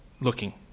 looking